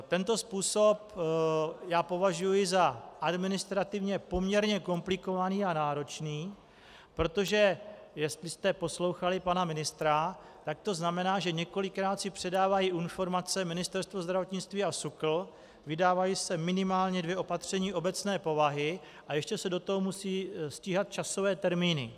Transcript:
Tento způsob považuji za administrativně poměrně komplikovaný a náročný, protože jestli jste poslouchali pana ministra, tak to znamená, že několikrát si předávají informace Ministerstvo zdravotnictví a SÚKL, vydávají se minimálně dvě opatření obecné povahy a ještě se do toho musí stíhat časové termíny.